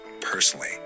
personally